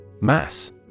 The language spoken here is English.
Mass